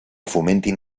fomentin